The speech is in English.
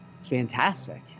fantastic